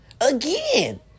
Again